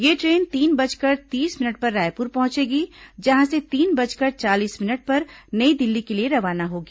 यह ट्रेन तीन बजकर तीस मिनट पर रायपुर पहुंचेगी जहां से तीन बजकर चालीस मिनट पर नई दिल्ली के लिए रवाना होगी